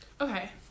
Okay